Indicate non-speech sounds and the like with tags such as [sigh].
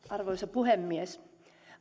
[unintelligible] arvoisa puhemies